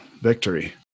victory